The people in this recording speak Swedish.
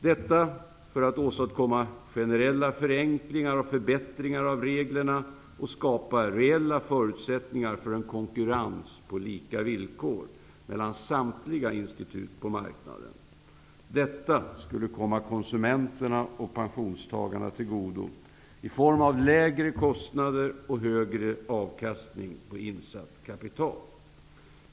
Detta för att åstadkomma generella förenklingar och förbättringar av reglerna och skapa reella förutsättningar för en konkurrens på lika villkor mellan samtliga institut på marknaden. Detta skulle komma konsumenterna och pensionstagarna till godo i form av lägre kostnader och högre avkastning på insatt kapital.